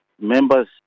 members